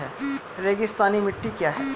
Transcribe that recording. रेगिस्तानी मिट्टी क्या है?